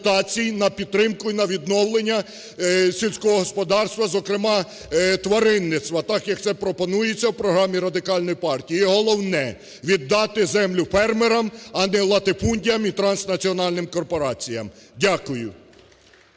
на підтримку і на відновлення сільського господарства. Зокрема, тваринництва так, як це пропонується у програмі Радикальної партії, і головне, - віддати землю фермерам, а не латифундіям і транснаціональним корпораціям. Дякую.